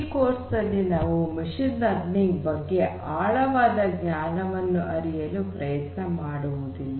ಈ ಕೋರ್ಸ್ ನಲ್ಲಿ ನಾವು ಮಷೀನ್ ಲರ್ನಿಂಗ್ ಬಗ್ಗೆ ಆಳವಾದ ಜ್ಞಾನವನ್ನು ಅರಿಯಲು ಪ್ರಯತ್ನವನ್ನು ಮಾಡುವುದಿಲ್ಲ